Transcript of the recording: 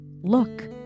look